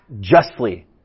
justly